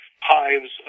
hives